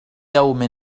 يوم